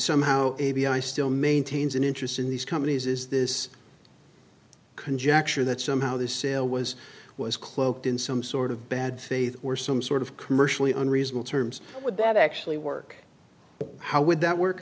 somehow a b i still maintains an interest in these companies is this conjecture that somehow this sale was was cloaked in some sort of bad faith or some sort of commercially unreasonable terms would that actually work how would that work